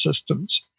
systems